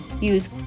use